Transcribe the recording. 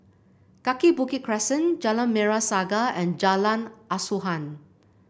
Kaki Bukit Crescent Jalan Merah Saga and Jalan Asuhan